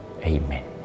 Amen